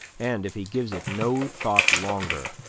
and, if he gives it no thought longer,